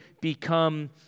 become